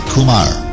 Kumar